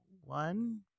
one